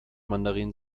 mandarin